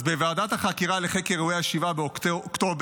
אז בוועדת החקירה לחקר אירועי 7 באוקטובר,